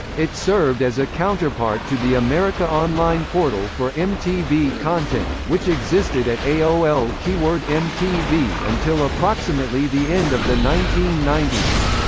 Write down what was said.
it served as a counterpart to the america online portal for mtv content, which existed at aol keyword mtv until approximately the end of the nineteen ninety s.